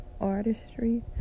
artistry